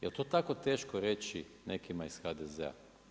Jel' to tako teško reći nekima iz HDZ?